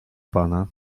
pana